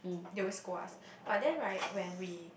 they won't scold us but then right when we